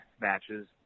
matches –